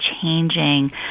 changing